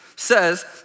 says